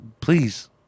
Please